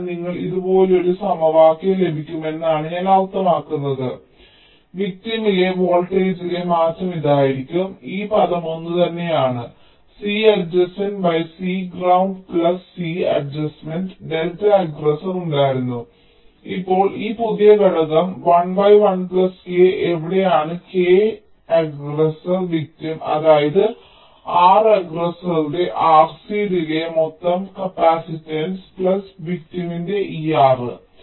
അതിനാൽ നിങ്ങൾക്ക് ഇതുപോലൊരു സമവാക്യം ലഭിക്കുമെന്നാണ് ഞാൻ അർത്ഥമാക്കുന്നത് വിക്ടിമിലെ വോൾട്ടേജിലെ മാറ്റം ഇതായിരിക്കും ഈ പദം ഒന്നുതന്നെയാണ് C adjacent C ground plus C adjacent delta aggressor ഉണ്ടായിരുന്നു ഇപ്പോൾ ഈ പുതിയ ഘടകം 1 1 k എവിടെയാണ് k tau aggressor tau victim അതായത് R അഗ്രസറുടെ RC ഡിലേയ് മൊത്തം കപ്പാസിറ്റൻസ് വിക്ടിമിന്റെ ഈ R